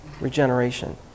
regeneration